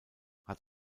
hat